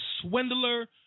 swindler